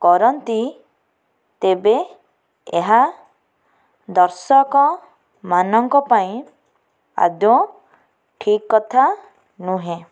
କରନ୍ତି ତେବେ ଏହା ଦର୍ଶକ ମାନଙ୍କ ପାଇଁଁ ଆଦୈ ଠିକ୍ କଥା ନୁହେଁ